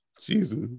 jesus